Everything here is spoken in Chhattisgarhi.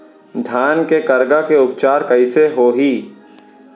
धान के करगा के उपचार कइसे होही?